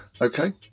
Okay